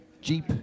Jeep